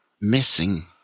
missing